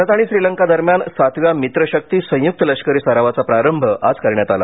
भारत आणि श्रीलंका दरम्यान सातव्या मित्र शक्ती संयुक्त लष्करी सरावाचा प्रारंभ आज करण्यात आला